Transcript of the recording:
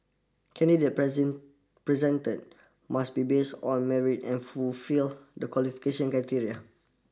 candidate present presented must be based on merit and fulfil the qualification criteria